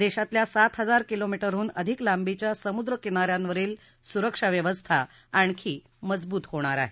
देशातल्या सात हजार किलोमीटरहून अधिक लांबीच्या समुद्र किनाऱ्यांवरील सुरक्षा व्यवस्था आणखी मजबूत होणार आहे